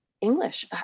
English